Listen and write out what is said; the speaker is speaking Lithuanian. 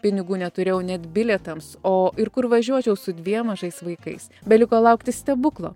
pinigų neturėjau net bilietams o ir kur važiuočiau su dviem mažais vaikais beliko laukti stebuklo